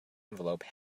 envelope